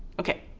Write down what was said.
okay.